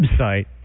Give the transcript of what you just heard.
website